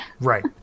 Right